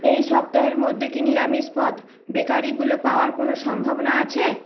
এই সপ্তাহের মধ্যে কি নিরামিষ পদ বেকারিগুলো পাওয়ার কোনও সম্ভাবনা আছে